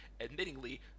Admittingly